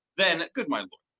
then, good my lord,